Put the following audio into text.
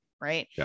right